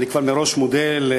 כבר מראש אני מודה לוועדת